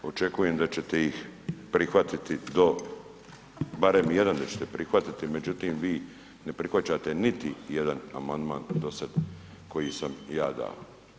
Očekujem da ćete ih prihvatiti do barem jedan da ćete prihvatiti, međutim, vi ne prihvaćate niti jedan amandman do sad koji sam ja dao.